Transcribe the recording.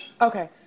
Okay